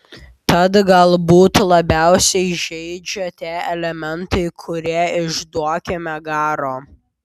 tad galbūt labiausiai žeidžia tie elementai kurie iš duokime garo